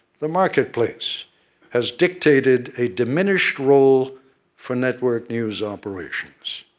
the marketplace has dictated a diminished role for network news operations.